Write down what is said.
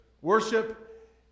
Worship